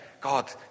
God